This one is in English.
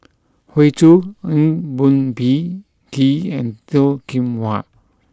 Hoey Choo Eng Boh Kee and Toh Kim Hwa